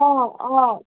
অঁ অঁ